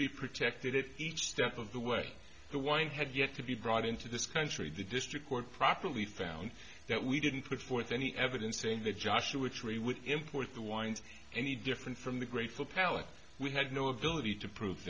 be protected if each step of the way the wind had yet to be brought into this country the district court properly found that we didn't put forth any evidence saying the joshua tree would import the wind any different from the grateful palate we had no ability to prove